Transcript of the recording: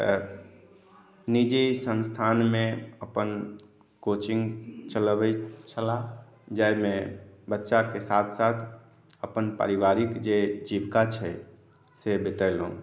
आर निजी संस्थानमे अपन कोचिंग चलबै छलहुँ जाहिमे बच्चाके साथ साथ अपन पारिवारिक जे जीविका छै से बितेलहुँ